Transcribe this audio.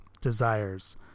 desires